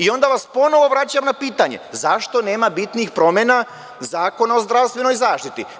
Onda vas ponovo vraćam na pitanje – zašto nema bitnijih promena Zakona o zdravstvenoj zaštiti?